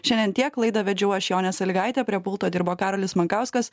šiandien tiek laidą vedžiau aš jonė salygaitė prie pulto dirbo karolis mankauskas